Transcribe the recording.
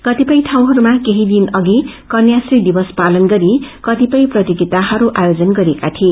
कतिपय ठाउँहरूमा केही दिन अषि कन्याश्री दिवस पालन गरि क्तिपय प्रतियोगिताहरू ओजन गरिएका थिए